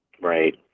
Right